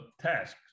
tasks